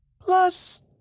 Plus